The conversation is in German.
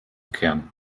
kehren